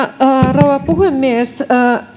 rouva puhemies